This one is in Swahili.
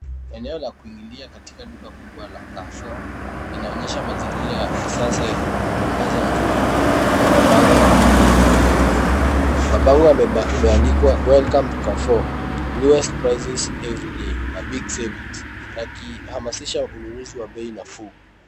Eneo la kuingilia katika duka kubwa la Carrefour inaonyesha mazingira ya kisasa yenye mwangaza mzuri na mabango ya matangazo ya bei nafuu. Mabango yameandikwa Welcome to Carrefour, Lowest Prices Everyday, Big Savings , wakihamasisha wakihamasisha unuzi wa bei nafuu.